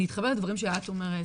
אני אתחבר לדברים שאת אומרת.